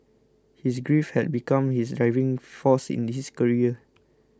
his grief had become his driving force in his career